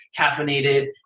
caffeinated